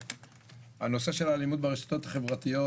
הנושא של האלימות ברשתות החברתיות.